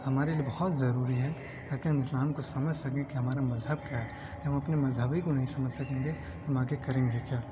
ہمارے لیے بہت ضروری ہے تاکہ ہم اسلام کو سمجھ سکیں کہ ہمارا مذہب کیا ہے جب ہم اپنے مذہب ہی کو نہیں سمجھ سکیں گے تو ہم آگے کریں گے گیا